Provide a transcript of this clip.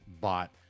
bought